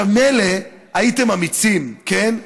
מילא, הייתם אמיצים, כן?